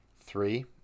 Three